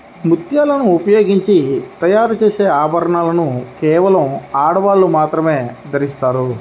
ముత్యాలను ఉపయోగించి తయారు చేసే ఆభరణాలను కేవలం ఆడవాళ్ళు మాత్రమే ధరిస్తారు